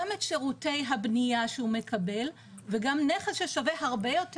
גם את שירותי הבנייה שהוא מקבל וגם נכס ששווה הרבה יותר